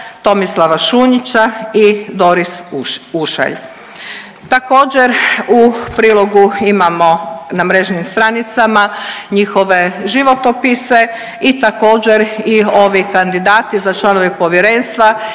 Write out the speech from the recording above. Tomislava Šunjića i Doris Ušalj. Također u prilogu imamo na mrežnim stranicama njihove životopise i također i ovi kandidati za članove povjerenstva